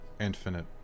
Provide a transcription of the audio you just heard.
infinite